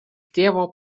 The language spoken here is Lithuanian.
tėvo